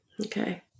Okay